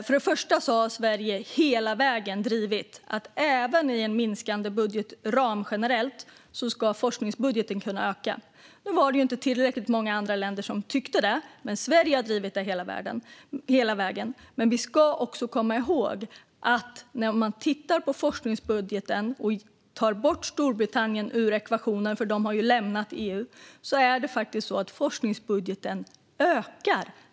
Först och främst har Sverige hela vägen drivit på för att forskningsbudgeten ska kunna öka även när den generella budgetramen minskar. Tyvärr tyckte inte tillräckligt många andra länder samma sak. Men Sverige har drivit på för detta hela vägen. Vi ska dock komma ihåg att om vi tar bort Storbritannien ur ekvationen - de har ju lämnat EU - ökar faktiskt forskningsbudgeten.